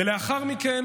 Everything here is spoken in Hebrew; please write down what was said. ולאחר מכן